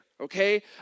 okay